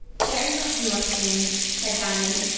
very well, north wind, said diamond.